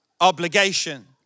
obligation